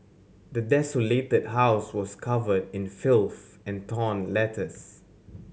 the desolated house was covered in filth and torn letters